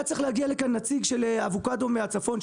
היה צריך להגיע לכאן נציג של אבוקדו מהצפון,